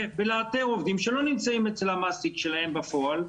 ולאתר עובדים שלא נמצאים אצל המעסיק שלהם בפועל.